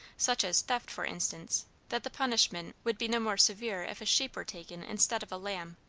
such as theft for instance, that the punishment would be no more severe if a sheep were taken instead of a lamb.